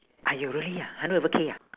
!aiyo! really ah hundred over K ah